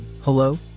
Hello